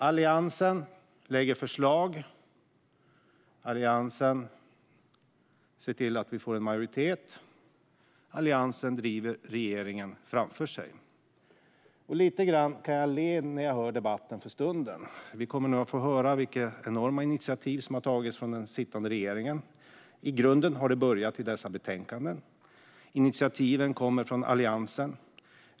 Alliansen lägger fram förslag, Alliansen ser till att det blir en majoritet, Alliansen driver regeringen framför sig. Jag ler lite grann inför den stundande debatten. Vi kommer att få höra om de enorma initiativ som har tagits av den sittande regeringen. I grunden har det börjat i dessa betänkanden. Initiativen kommer från Alliansen.